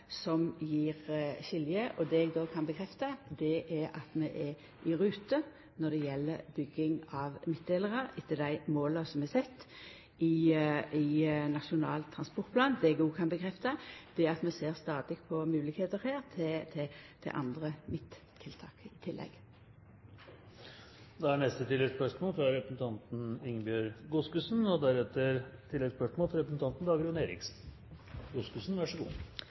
som gjev skilje. Det eg då kan bekrefta, er at vi er i rute når det gjeld bygging av midtdelarar etter dei måla som er sette i Nasjonal transportplan. Det eg òg kan bekrefta, er at vi stadig ser på moglegheiter her til andre midttiltak i tillegg. Ingebjørg Godskesen – til oppfølgingsspørsmål. Trafikksikkerhet er viktig, og å få midtdelere er